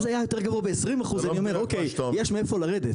יש מאיפה לרדת.